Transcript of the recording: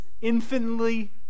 infinitely